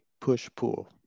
push-pull